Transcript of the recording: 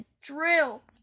drill